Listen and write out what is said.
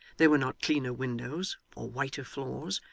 there were not cleaner windows, or whiter floors,